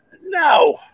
No